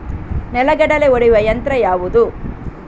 ನೆಲಗಡಲೆ ಒಡೆಯುವ ಯಂತ್ರ ಯಾವುದು?